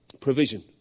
Provision